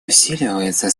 усиливается